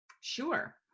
Sure